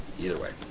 either way.